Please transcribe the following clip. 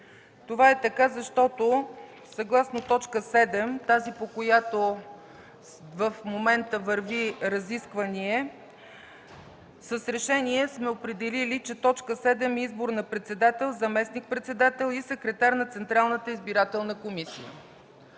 Това е така, защото съгласно точка седем, тази по която в момента върви разискване, с решение сме определили, че т. 7 е: Избор на председател, заместник-председатели и секретар на Централната избирателна комисия.